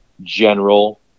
general